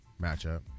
matchup